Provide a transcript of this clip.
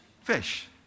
Fish